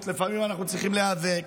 אני חושב שאנחנו צריכים לברך